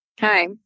Hi